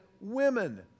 women